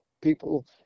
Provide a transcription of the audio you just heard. people